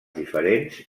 diferents